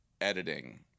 Editing